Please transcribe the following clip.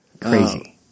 Crazy